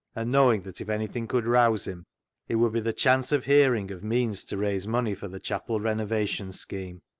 and knowing that if any thing could rouse him it would be the chance of hearing of means to raise money for the chapel renovation scheme.